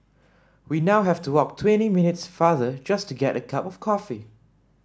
we now have to walk twenty minutes farther just to get a cup of coffee